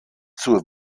zur